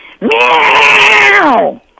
Meow